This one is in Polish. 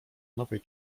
nowej